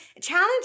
Challenge